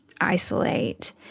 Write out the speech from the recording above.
isolate